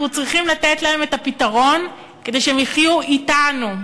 אנחנו צריכים לתת להם את הפתרון כדי שהם יחיו אתנו.